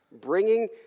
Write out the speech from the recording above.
bringing